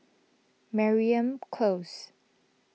Mariam Close